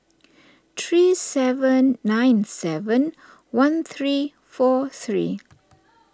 three seven nine seven one three four three